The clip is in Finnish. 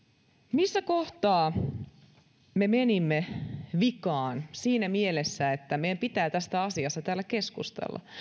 missä kohtaa me menimme vikaan siinä mielessä että meidän pitää tästä asiasta täällä keskustella